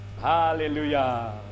Hallelujah